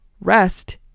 rest